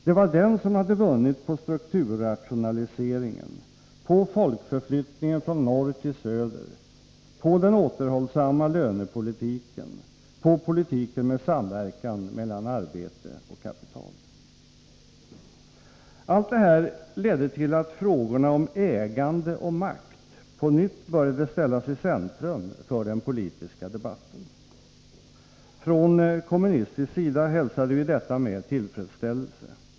Det var den som hade vunnit på strukturrationaliseringen, på folkförflyttningen från norr till söder, på den återhållsamma lönepolitiken, på politiken med samverkan mellan arbete och kapital. Allt detta ledde till att frågorna om ägande och makt på nytt började ställas icentrum för den politiska debatten. Från kommunistisk sida hälsade vi detta med tillfredsställelse.